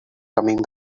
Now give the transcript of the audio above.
coming